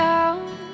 Down